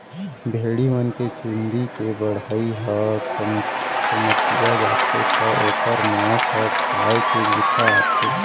भेड़ी मन के चूंदी के बढ़ई ह कमतिया जाथे त ओकर मांस ह खाए के बूता आथे